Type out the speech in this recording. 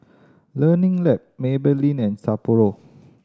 Learning Lab Maybelline and Sapporo